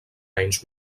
anys